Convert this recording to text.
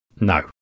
no